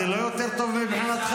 זה לא יותר טוב מבחינתך?